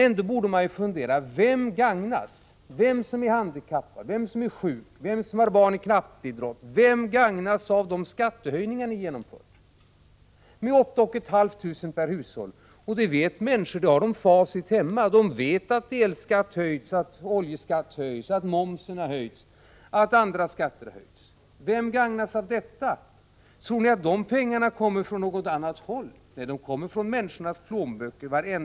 Ändå borde man fundera: Vem gagnas — den som är handikappad, den som är sjuk, den som har barn i knatteidrott — av de skattehöjningar som ni genomfört med 8 500 kr. per hushåll? Det vet människor. De har facit hemma. De vet att elskatten har höjts, att oljeskatten har höjts, att momsen har höjts och att andra skatter har höjts. Vem gagnas av detta? Tror ni att dessa pengar kommer från något annat håll? Nej, alla dessa pengar kommer från människornas plånböcker.